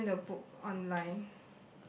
return the book online